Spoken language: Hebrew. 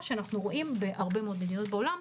שאנחנו רואים בהרבה מאוד מדינות בעולם.